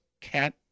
cat